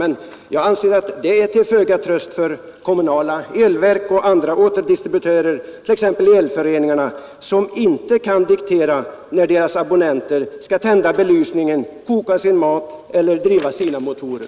Men jag anser att det är till föga tröst för kommunala elverk och andra återdistributörer, t.ex. elföreningarna, som inte kan diktera när deras abonnenter skall tända belysningen, koka sin mat eller driva sina motorer.